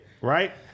right